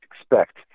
expect